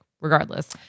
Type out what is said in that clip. regardless